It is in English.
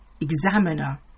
examiner